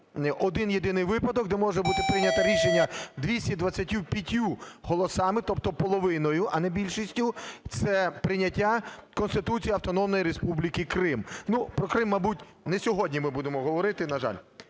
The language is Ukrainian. один-єдиний випадок, де може бути прийнято рішення 225 голосами, тобто половиною, а не більшістю – це прийняття Конституції Автономної Республіки Крим. Ну, про Крим, мабуть, не сьогодні ми будемо говорити, на жаль.